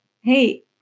Hey